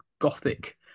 gothic